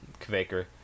Kvaker